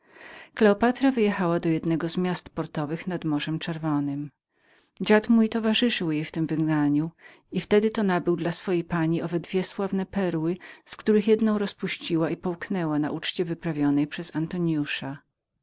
kleopatra wyjechała do jednego z miast portowych nad morzem czerwonem dziad mój towarzyszył jej w tem wygnaniu i wtedy to nabył dla swojej pani owe sławne dwie perły z których jednę rozpuściła i połknęła na uczcie wyprawionej przez